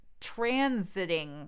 transiting